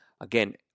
Again